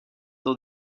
dans